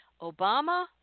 Obama